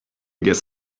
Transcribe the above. guess